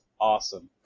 awesome